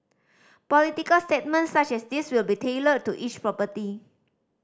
political statements such as these will be tailored to each property